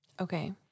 Okay